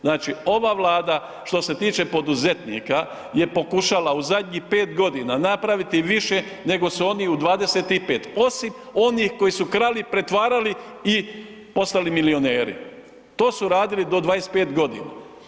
Znači ova Vlada što se tiče poduzetnika je pokušala u zadnjih pet godina napraviti više nego su oni u 25, osim onih koji su krali pretvarali i postali milijoneri, to su radili do 25 godina.